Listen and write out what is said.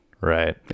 right